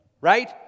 right